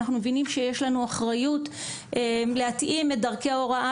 אנחנו מבינים שיש לנו אחריות להתאים את דרכי ההוראה,